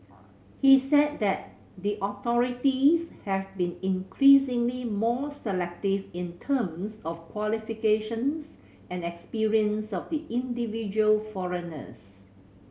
he said that the authorities have been increasingly more selective in terms of qualifications and experience of the individual foreigners